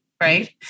Right